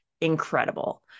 Incredible